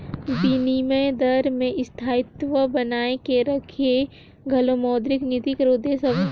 बिनिमय दर में स्थायित्व बनाए के रखई घलो मौद्रिक नीति कर उद्देस हवे